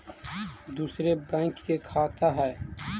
दुसरे बैंक के खाता हैं?